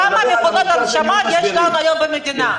כמה מכונות הנשמה יש היום במדינה?